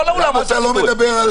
למה אתה לא מדבר על